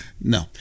No